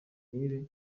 barebe